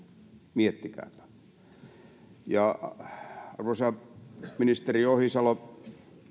miettikääpä arvoisa ministeri ohisalo